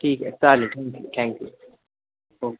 ठीक आहे चालेल ठँक्यू ठँक्यू ओके